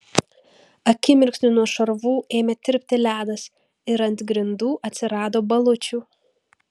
akimirksniu nuo šarvų ėmė tirpti ledas ir ant grindų atsirado balučių